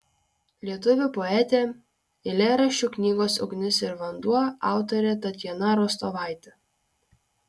lietuvių poetė eilėraščių knygos ugnis ir vanduo autorė tatjana rostovaitė